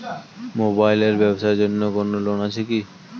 Mobile এর ব্যাবসার জন্য কোন লোন আছে কি?